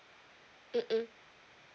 mm mm